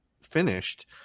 finished